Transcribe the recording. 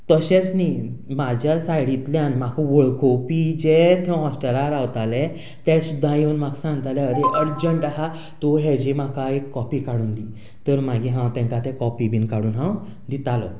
तशेंच न्हय म्हज्या सायडिंतल्यान म्हाका वळखुवपी जे थंय हॉस्टेलांत रांवताले ते सुद्दां येवन म्हाका संगताले अरे अर्जंट आसा तूं हाजी म्हाका एक कॉपी काडून दी तर मागीर हांव तांकां त्यो कॉपी बी काडून हांव दितालो